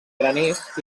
graners